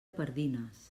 pardines